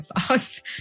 sauce